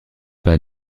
pas